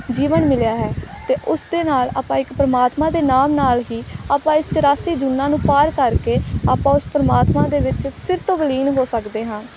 ਜੀਵਨ ਮਿਲਿਆ ਹੈ ਅਤੇ ਉਸ ਦੇ ਨਾਲ ਆਪਾਂ ਇੱਕ ਪਰਮਾਤਮਾ ਦੇ ਨਾਮ ਨਾਲ ਹੀ ਆਪਾਂ ਇਸ ਚੁਰਾਸੀ ਜੂਨਾਂ ਨੂੰ ਪਾਰ ਕਰਕੇ ਆਪਾਂ ਉਸ ਪਰਮਾਤਮਾ ਦੇ ਵਿੱਚ ਫਿਰ ਤੋਂ ਵਲੀਨ ਹੋ ਸਕਦੇ ਹਾਂ